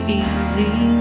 easy